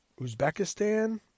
Uzbekistan